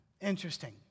interesting